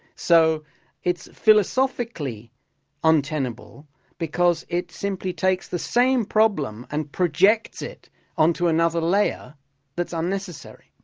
so it's philosophically untenable because it simply takes the same problem and projects it onto another layer that's unnecessary.